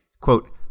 Quote